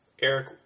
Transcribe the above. Eric